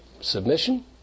Submission